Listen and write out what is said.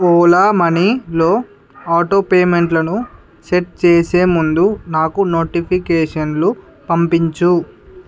ఓలా మనీలో ఆటో పేమెంట్లను సెట్ చేసే ముందు నాకు నోటిఫికేషన్లు పంపించు